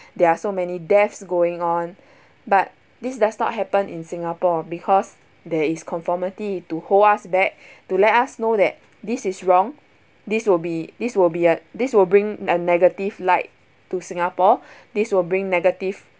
there are so many deaths going on but this does not happen in singapore because there is conformity to hold us back to let us know that this is wrong this will be this will be a this will bring a negative light to singapore this will bring negative